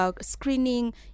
screening